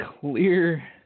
clear